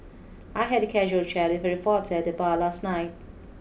I had a casual chat with a reporter at the bar last night